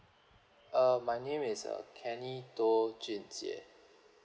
uh my name is uh kenny tow jun jie